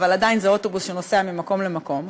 אבל עדיין זה אוטובוס שנוסע ממקום למקום,